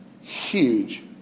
huge